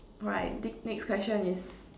alright next question is